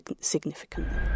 significantly